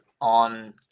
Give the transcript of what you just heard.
on